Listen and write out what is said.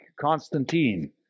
Constantine